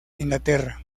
inglaterra